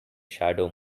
shadow